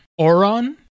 Oron